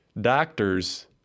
doctors